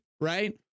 right